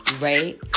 right